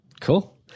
Cool